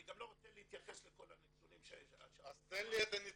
אני גם לא רוצה להתייחס לכל הנתונים --- אז תן לי את הנתונים,